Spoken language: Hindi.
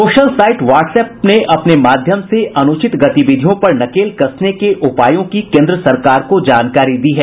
सोशल साइट व्हाट्सएप ने अपने माध्यम से अनुचित गतिविधियों पर नकेल कसने के उपायों की केन्द्र सरकार को जानकारी दी है